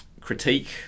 critique